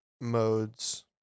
modes